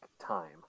time